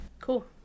Cool